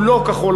הוא לא כחול-לבן.